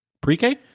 pre-K